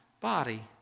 body